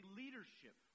leadership